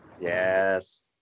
Yes